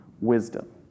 wisdom